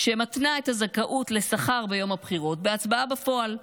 שמתנה את הזכאות לשכר ביום הבחירות בהצבעה בפועל,